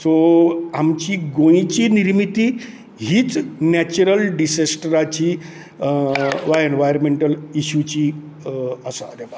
so आमची गोंयची निर्मिती हिच नॅचरल डिसेस्टराची वा एनवायरमँटल इश्युची आसा